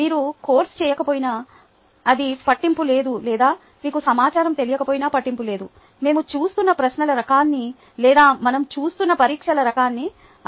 మీరు కోర్సు చేయకపోయినా అది పట్టింపు లేదు లేదా మీకు సమాచారం తెలియకపోయిన పట్టింపు లేదు మేము చూస్తున్న ప్రశ్నల రకాన్ని లేదా మనం చూస్తున్న పరీక్షల రకాన్ని అభినందించవచ్చు